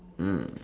mm